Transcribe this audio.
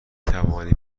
توانی